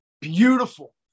beautiful